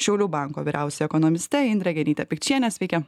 šiaulių banko vyriausia ekonomiste indre genyte pikčiene sveiki